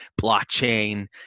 blockchain